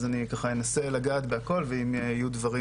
אז אני ככה אנסה לגעת בהכל ואם יהיו דברים